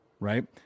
Right